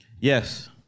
Yes